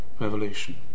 revolution